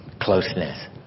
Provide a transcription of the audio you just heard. Closeness